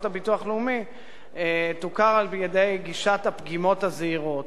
הביטוח הלאומי תוכר על-ידי גישת הפגימות הזעירות